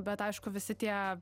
bet aišku visi tie